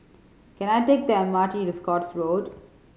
can I take the M R T to Scotts Road